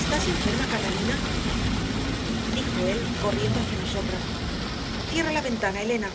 estás enferma catalina dijo él corriendo hacia nosotras cierra la ventana elena